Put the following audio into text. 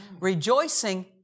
Rejoicing